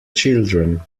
children